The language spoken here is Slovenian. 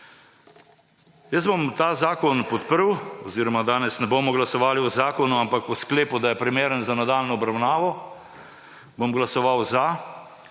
Jaz bom ta zakon podprl oziroma danes ne bomo glasovali o zakonu, ampak o sklepu, da je primeren za nadaljnjo obravnavo, bom glasoval za